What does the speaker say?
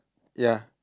ya